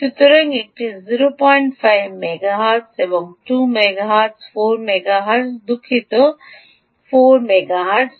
সুতরাং এটি 05 মেগাহের্টজ এবং 2 মেগাহের্টজ 4 মেগাহের্টজ দুঃখিত 4 মেগাহের্টজ